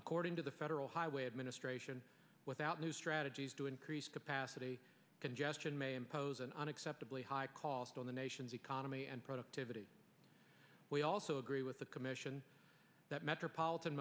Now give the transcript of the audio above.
according to the federal highway administration without new strategies to increase capacity congestion may impose an unacceptably high cost on the nation's economy and productivity we also agree with the commission that metropolitan